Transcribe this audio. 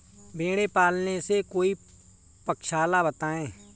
भेड़े पालने से कोई पक्षाला बताएं?